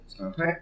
Okay